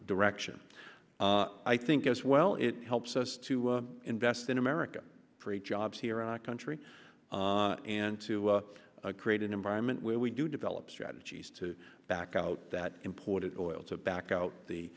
direction i think as well it helps us to invest in america create jobs here in our country and to create an environment where we do develop strategies to back out that imported oil to back out the